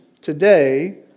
today